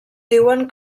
diuen